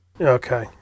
Okay